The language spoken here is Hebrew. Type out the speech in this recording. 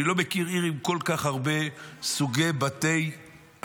אני לא מכיר עיר עם כל כך הרבה סוגי בתי עבודה